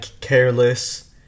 careless